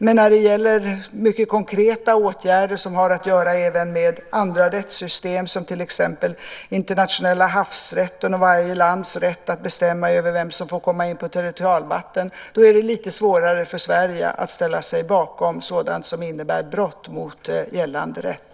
Men när det gäller mycket konkreta åtgärder som har att göra även med andra rättssystem, till exempel den internationella havsrätten och varje lands rätt att bestämma över vem som får komma in på territorialvatten, är det lite svårare för Sverige att ställa sig bakom sådant som innebär brott mot gällande rätt.